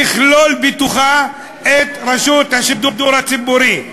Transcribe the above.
תכלול בתוכה את רשות השידור הציבורי.